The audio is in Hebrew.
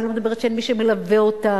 אני לא מדברת שאין איש שמלווה אותם,